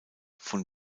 von